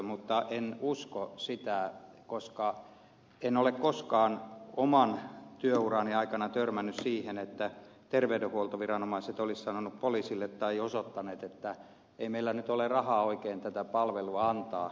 mutta en usko sitä koska en ole koskaan oman työurani aikana törmännyt siihen että terveydenhuoltoviranomaiset olisivat sanoneet poliisille tai osoittaneet että ei meillä nyt ole rahaa oikein tätä palvelua antaa